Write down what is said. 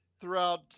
throughout